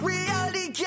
Reality